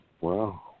Wow